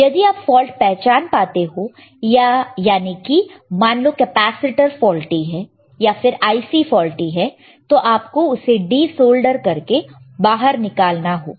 यदि आप फॉल्ट पहचान पाते हो या ने की मान लो कैपेसिटर फॉल्टी है या फिर IC फॉल्टी है तो आपको उसे डीसोल्डर करके बाहर निकालना होगा